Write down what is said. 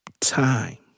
time